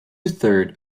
third